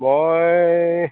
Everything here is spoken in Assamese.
মই